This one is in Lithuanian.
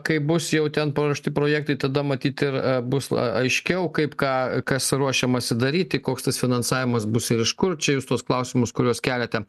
kai bus jau ten paruošti projektai tada matyt ir bus aiškiau kaip ką kas ruošiamasi daryti koks tas finansavimas bus ir iš kur čia jūs tuos klausimus kuriuos keliate